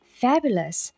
fabulous